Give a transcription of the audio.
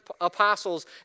apostles